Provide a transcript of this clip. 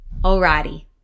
Alrighty